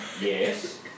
yes